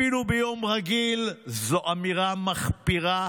אפילו ביום רגיל זו אמירה מחפירה,